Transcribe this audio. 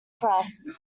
press